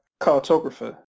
cartographer